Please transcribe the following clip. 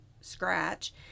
scratch